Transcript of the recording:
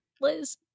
Liz